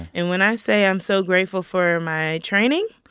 and when i say i'm so grateful for my training